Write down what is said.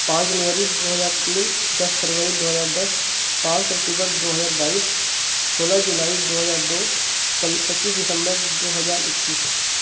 پانج جنوری دو ہزار تین دس فروری دو ہزار دس پانچ اکٹوبر دو ہجار بائیس سولہ جولائی دو ہزار دو پچیس دسمبر دو ہزار اکیس